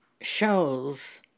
shows